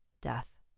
death